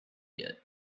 yet